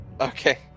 Okay